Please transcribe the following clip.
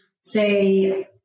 say